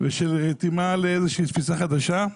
ושל רתימה לאיזושהי תפיסה חדשה,